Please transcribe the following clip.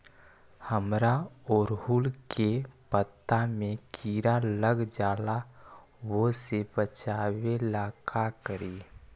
हमरा ओरहुल के पत्ता में किरा लग जाला वो से बचाबे ला का करी?